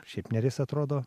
šiaip neris atrodo